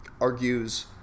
argues